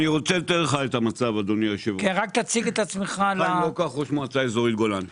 אני ראש מועצה אזורית גולן.